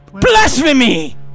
Blasphemy